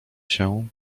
się